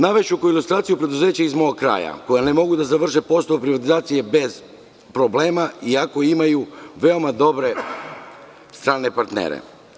Navešću kao ilustraciju preduzeća iz mog kraja koja ne mogu da završe posao privatizacije bez problema, iako imaju veoma dobre strane partnere.